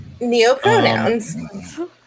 neopronouns